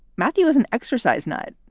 matthew was an exercise nut.